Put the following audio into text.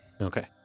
Okay